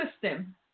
system